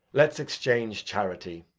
let's exchange charity.